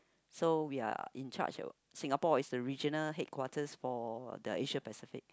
so we are in charge of Singapore is regional headquarters for the Asia Pacific